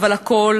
אבל הכול,